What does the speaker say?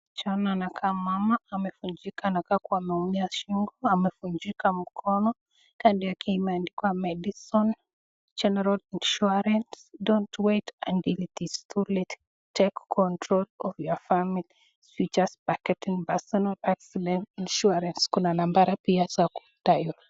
Msichana anakaa mama, amevunjika, anakaa kuwa ameumia kwa shingo, amevunjika mkono, kando yake imeandikwa Madison General Insurance Don't wait until it is too late, tekae control of your family's future by getting personal accident insurance kuna nambari pia za ku dial .